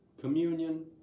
communion